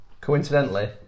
coincidentally